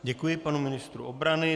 Děkuji panu ministrovi obrany.